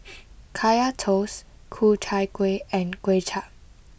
Kaya Toast Ku Chai Kueh and Kway Chap